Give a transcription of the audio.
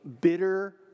bitter